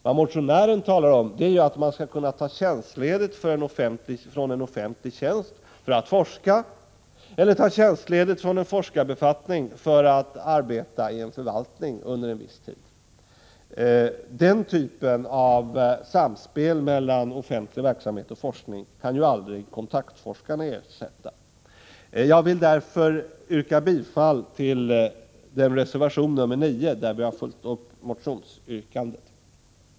Vad motionären talar om är att man skall kunna ta tjänstledigt från en offentlig tjänst för att forska, eller ta tjänstledigt från sin forskarbefattning för att arbeta inom en offentlig förvaltning under en viss tid. Den typen av samspel mellan offentlig verksamhet och forskning kan kontaktforskare aldrig ersätta. Jag vill därför yrka bifall till reservation 9, där vi har följt upp vårt motionsyrkande.